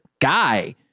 guy